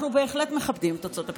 אנחנו בהחלט מכבדים את תוצאות הבחירות.